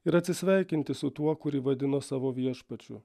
ir atsisveikinti su tuo kurį vadino savo viešpačiu